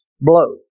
blow